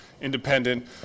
independent